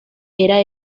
era